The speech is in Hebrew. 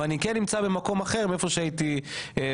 אבל אני כן נמצא במקום אחר מאיפה שהייתי בהתחלה.